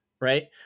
right